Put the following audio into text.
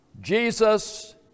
Jesus